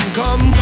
come